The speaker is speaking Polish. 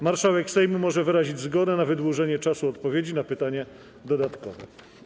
Marszałek Sejmu może wyrazić zgodę na wydłużenie czasu odpowiedzi na pytanie dodatkowe.